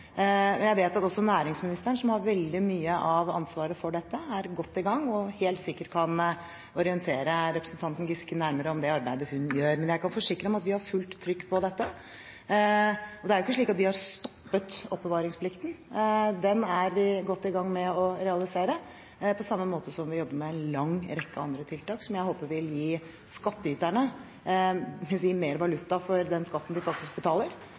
Jeg vet at også næringsministeren, som har veldig mye av ansvaret for dette, er godt i gang og helt sikkert kan orientere representanten Giske nærmere om det arbeidet hun gjør. Men jeg kan forsikre om at vi har fullt trykk på dette. Det er ikke slik at vi har stoppet halveringen av oppbevaringsplikten. Den er vi godt i gang med å realisere, på samme måte som vi jobber med en lang rekke andre tiltak som jeg håper vil gi skattyterne mer valuta for den skatten de faktisk betaler,